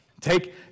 Take